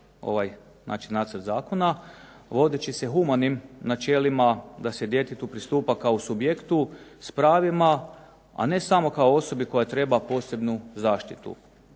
znači nacrt zakona, vodeći se humanim načelima da se djetetu pristupa kao subjektu s pravima, a ne samo kao osobi koja treba posebnu zaštitu.